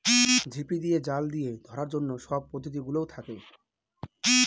ঝিপি দিয়ে, জাল দিয়ে ধরার অন্য সব পদ্ধতি গুলোও থাকে